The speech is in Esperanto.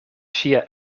ŝia